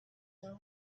ago